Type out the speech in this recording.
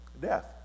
Death